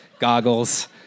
Goggles